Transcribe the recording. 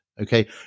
okay